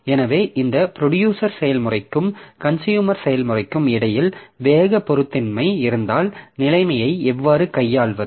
எனவே இந்த ப்ரொடியூசர் செயல்முறைக்கும் கன்சுயூமர் செயல்முறைக்கும் இடையில் வேக பொருத்தமின்மை இருந்தால் நிலைமையை எவ்வாறு கையாள்வது